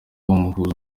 muhuza